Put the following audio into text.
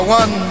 one